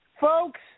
Folks